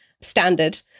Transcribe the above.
standard